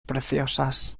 preciosas